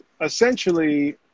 essentially